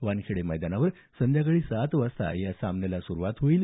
वानखेडे मैदानावर संध्याकाळी सात वाजता सामन्याला सुरुवात होईल